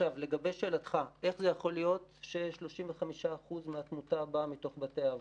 עכשיו לגבי שאלתך: איך זה יכול להיות ש-35% מהתמותה באה מתוך בתי האבות?